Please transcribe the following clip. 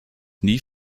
nie